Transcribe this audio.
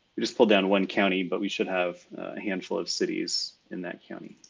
we just pulled down one county, but we should have a handful of cities in that county.